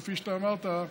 כפי שאמרת,